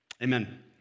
Amen